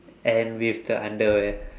and with the underwear